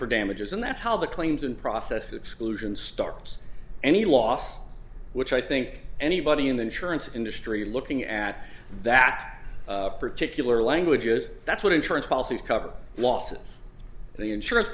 for damages and that's how the claims and processed exclusions stark's any loss which i think anybody in the insurance industry looking at that particular language is that's what insurance policies cover losses the insurance